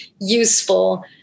useful